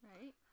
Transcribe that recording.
right